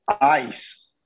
ice